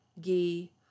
ghee